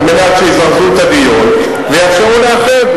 כדי שיזרזו את הדיון ויאפשרו לאחד.